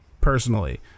personally